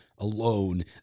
alone